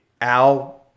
al